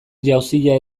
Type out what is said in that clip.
jauzia